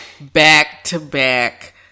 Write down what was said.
back-to-back